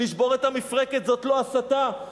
"לשבור את המפרקת" זאת לא הסתה?